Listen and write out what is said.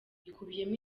ikubiyemo